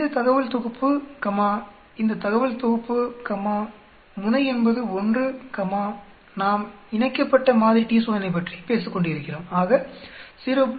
இந்த தகவல் தொகுப்பு கம்மா இந்த தகவல் தொகுப்பு கம்மா முனை என்பது 1 கம்மா நாம் இணைக்கப்பட்ட t சோதனை பற்றி பேசிக்கொண்டு இருக்கிறோம் ஆக 0